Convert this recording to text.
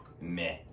meh